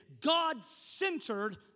God-centered